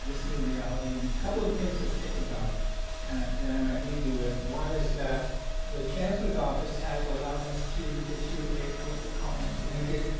this new reality. and a couple of things to think about and that i might leave you with. one is that the chancellor's office has allowed us to issue what they're calling a blanket,